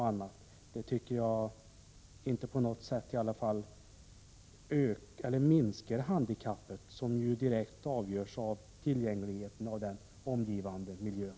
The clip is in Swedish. på kommunerna minskar inte på något sätt handikappet, som ju direkt avgörs av tillgängligheten i den omgivande miljön.